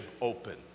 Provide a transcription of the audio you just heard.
open